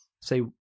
say